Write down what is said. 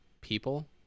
people